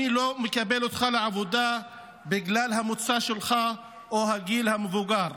אני לא מקבל אותך לעבודה בגלל המוצא שלך או הגיל המבוגר,